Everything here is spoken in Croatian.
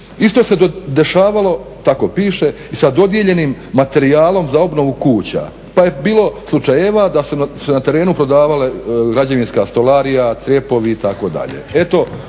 Isto se dešavalo sa dodijeljenim materijalnom za obnovu kuća pa je bilo slučajeva da su se na terenu prodavala građevinska stolarija, crjepovi" itd.